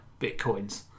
Bitcoins